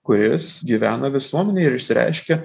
kuris gyvena visuomenėj ir išsireiškia